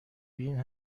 بین